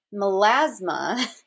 Melasma